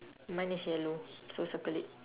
mine is yellow so circle it